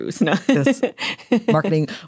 Marketing